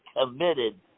committed